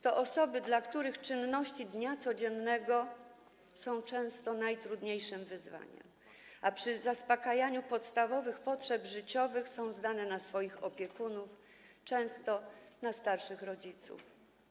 To osoby, dla których codzienne czynności są często najtrudniejszym wyzwaniem, a przy zaspokajaniu podstawowych potrzeb życiowych zdane są na swoich opiekunów, często na starszych rodziców.